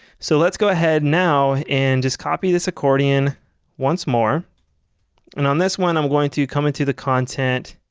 so let's go ahead now and just copy this accordion once more and on this one i'm going to come into the content